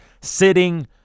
sitting